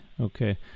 okay